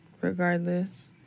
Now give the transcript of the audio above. regardless